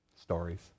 stories